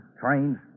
trains